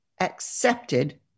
accepted